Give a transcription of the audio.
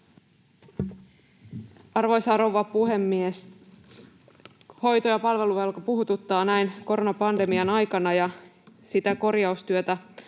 Arvoisa rouva puhemies! Hoito- ja palveluvelka puhututtaa näin koronapandemian aikana. Sitä korjaustyötä